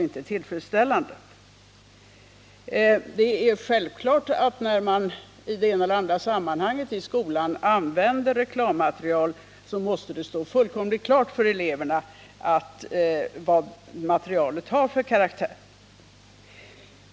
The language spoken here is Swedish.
När man i det ena eller andra sammanhanget i skolan använder reklammaterial, måste det stå fullkomligt klart för eleverna att materialet har denna karaktär.